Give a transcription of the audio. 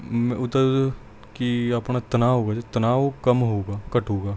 ਉੱਧਰ ਕਿ ਆਪਣਾ ਤਣਾਓ ਹੋਊਗਾ ਜੇ ਤਣਾਓ ਕੰਮ ਹੋਊਗਾ ਘਟੇਗਾ